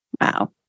Wow